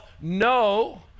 no